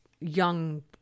young